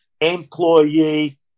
employee